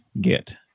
get